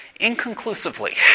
inconclusively